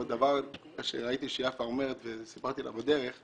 עוד דבר שראיתי שיפה אומרת וסיפרתי לה בדרך.